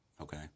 Okay